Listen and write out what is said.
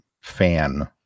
fan